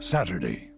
Saturday